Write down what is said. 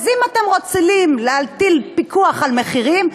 אז אם אתם רוצים להטיל פיקוח על מחירים,